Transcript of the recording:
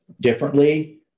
differently